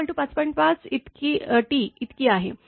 5T इतकी आहे